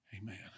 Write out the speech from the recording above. Amen